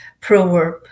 proverb